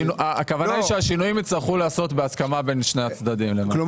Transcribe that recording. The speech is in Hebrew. רוויזיה על הסתייגות מס' 60. מי